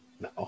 No